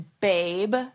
babe